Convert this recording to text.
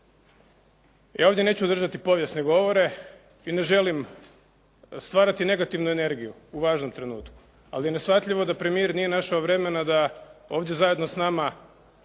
Ja ovdje neću držati povijesne govore i ne želim stvarati negativnu energiju u važnom trenutku, ali je neshvatljivo da premijer nije našao vremena da ovdje zajedno s nama